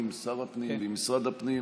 עם שר הפנים ומשרד הפנים,